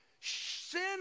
Sin